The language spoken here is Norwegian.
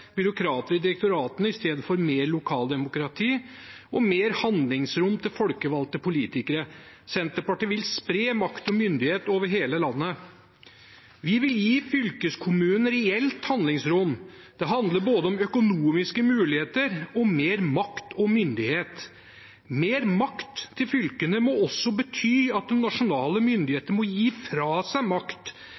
byråkrater i direktoratene istedenfor mer lokaldemokrati og mer handlingsrom til folkevalgte politikere. Senterpartiet vil spre makt og myndighet over hele landet. Vi vil gi fylkeskommunen reelt handlingsrom. Det handler om både økonomiske muligheter og mer makt og myndighet. Mer makt til fylkene må også bety at nasjonale myndigheter må gi fra seg makt.